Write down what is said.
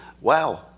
wow